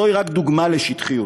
זוהי רק דוגמה לשטחיות.